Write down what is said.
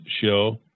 show